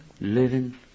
living